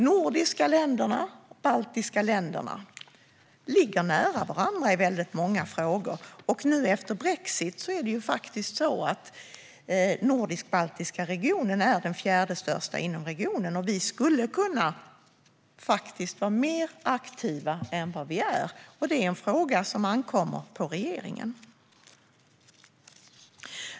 De nordiska länderna och de baltiska länderna ligger nära varandra i väldigt många frågor, och efter brexit är den nordisk-baltiska regionen den fjärde största inom unionen. Vi skulle kunna vara mer aktiva än vad vi är, och det är en fråga som ankommer på regeringen.